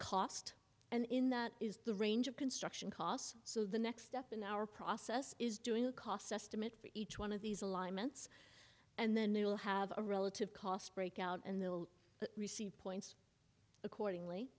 cost and in that is the range of construction costs so the next step in our process is doing a cost estimate for each one of these alignments and then you'll have a relative cost breakout and they'll receive points accordingly